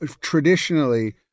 traditionally